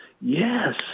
Yes